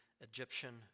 Egyptian